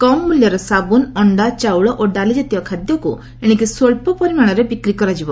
କମ୍ ମୂଲ୍ୟର ସାବୁନ୍ ଅଣ୍ଡା ଚାଉଳ ଓ ଡାଲିଜାତୀୟ ଖାଦ୍ୟକୁ ଏଣିକି ସ୍ୱଚ୍ଚ ପରିମାଣରେ ବିକ୍ରି କରାଯିବ